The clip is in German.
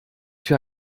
für